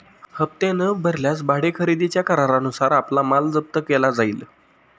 हप्ते न भरल्यास भाडे खरेदीच्या करारानुसार आपला माल जप्त केला जाईल